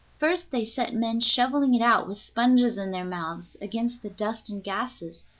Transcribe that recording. first they set men shoveling it out, with sponges in their mouths, against the dust and gases,